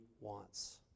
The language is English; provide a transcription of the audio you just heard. wants